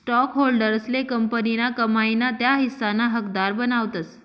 स्टॉकहोल्डर्सले कंपनीना कमाई ना त्या हिस्साना हकदार बनावतस